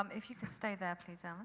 um if you just stay there, please, um